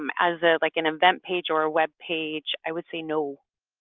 um as ah like an event page or a web page, i would say no.